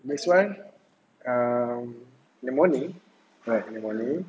this [one] um the morning right in the morning